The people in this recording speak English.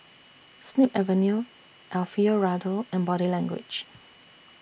Snip Avenue Alfio Raldo and Body Language